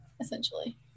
essentially